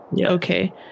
Okay